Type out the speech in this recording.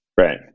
Right